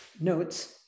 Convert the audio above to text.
notes